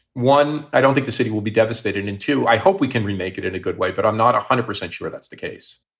one, i don't think the city will be devastated in two. i hope we can remake it in a good way. but i'm not one hundred percent sure that's the case